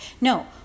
No